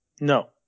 No